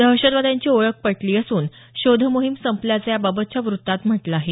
दहशतवाद्यांची ओळख पटवली असून शोधमोहीम संपल्याचं याबाबतच्या व्रत्तात म्हटलं आहे